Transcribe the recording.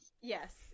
Yes